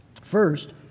First